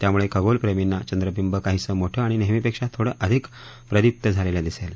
त्यामुळे खगोलप्रेमींना चंद्रबिंब काहीसं मोठं आणि नेहमीपेक्षा थोडं अधिक प्रदिप्त झालेलं दिसेल